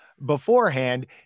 beforehand